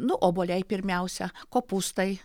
nu obuoliai pirmiausia kopūstai